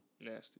Nasty